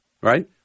right